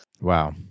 Wow